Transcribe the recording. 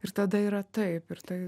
ir tada yra taip ir taip ir tai